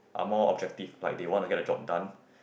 are more objective like they wanna get the job done